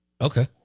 okay